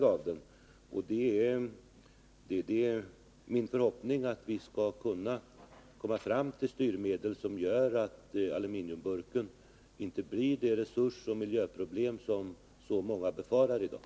Är statsrådet beredd att göra det möjligt för de tre nu berörda tidningarna att kunna fortsätta försöksverksamheten med taltidning, och på vilket sätt är statsrådet beredd att möta de synskadades framförda krav på fullständig taltidningstäckning?